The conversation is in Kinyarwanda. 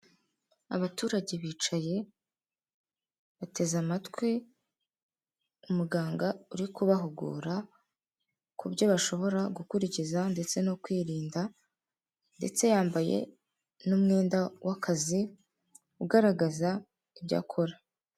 Abaturage bicaye bateze amatwi umuganga uri kubahugura ku byo bashobora gukurikiza, ndetse no kwirinda ndetse yambaye n'umwenda w'akazi ugaragaza ibyo akora.